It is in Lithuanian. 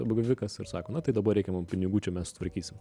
apgavikas ir sako na tai dabar reikia mum pinigų čia mes sutvarkysim